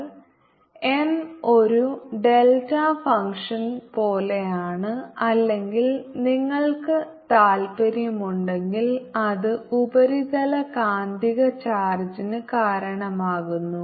M Hinside MHoutside0B 0H MBinside o M M0Boutside0 അതിനാൽ M ഒരു delta function പോലെയാണ് അല്ലെങ്കിൽ നിങ്ങൾക്ക് താൽപ്പര്യമുണ്ടെങ്കിൽ അത് ഉപരിതല കാന്തിക ചാർജിന് കാരണമാകുന്നു